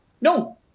No